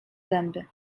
zęby